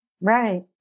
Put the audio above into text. Right